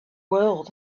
world